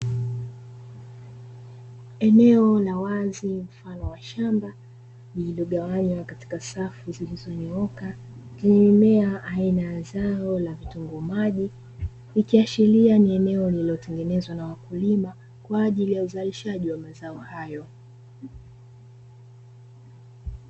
Eneo la wazi mfano wa shamba lililogawanywa katika safu zilizonyooka, zenye mmea aina ya zao la kitunguu maji. Ikiashiria ni eneo lililotengenezwa na wakulima kwa ajili ya uzalishaji wa mazao hayo.